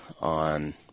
on